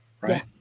right